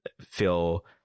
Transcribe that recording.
feel –